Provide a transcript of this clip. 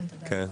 כן.